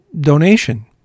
donation